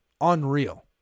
Unreal